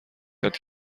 کرد